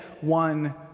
one